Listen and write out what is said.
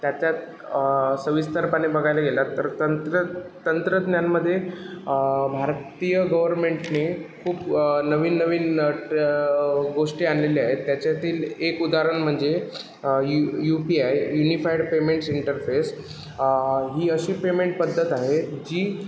त्याच्यात सविस्तरपणे बघायला गेलात तर तंत्र तंत्रज्ञानामध्ये भारतीय गव्हर्मेंटने खूप नवीन नवीन न ट गोष्टी आणलेल्या आहेत त्याच्यातील एक उदाहरण म्हणजे U U P I unified payments interface ही अशी पेमेंट पद्धत आहे जी